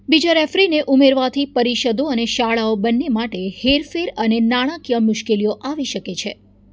બીજા રેફરીને ઉમેરવાથી પરિષદો અને શાળાઓ બંને માટે હેરફેર અને નાણાકીય મુશ્કેલીઓ આવી શકે છે